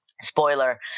Spoiler